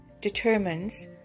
determines